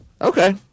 Okay